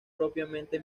propiamente